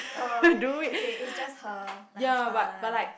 oh ya okay it's just her like her style lah ya